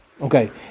Okay